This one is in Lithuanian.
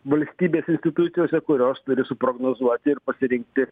valstybės institucijose kurios turi suprognozuoti ir pasirinkti